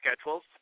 schedules